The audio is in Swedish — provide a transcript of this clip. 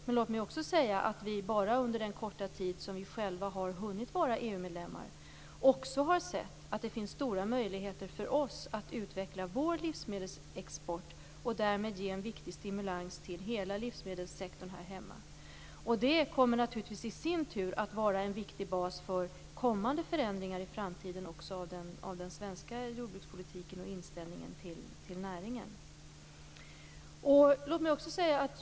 Men låt mig också säga att vi bara under korta tid vi själva hunnit vara EU-medlemmar sett att det också finns stora möjligheter för oss att utveckla vår livsmedelsexport och därmed skapa en viktig stimulans för hela livsmedelssektorn här hemma. Det kommer naturligtvis i sin tur att vara en viktig bas för kommande förändringar av den svenska jordbrukspolitiken och inställningen till näringen.